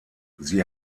sie